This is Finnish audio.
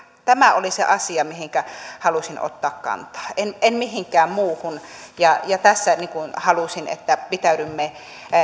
tämä oli se asia mihin halusin ottaa kantaa en en mihinkään muuhun ja ja tässä halusin että pitäydymme